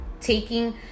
taking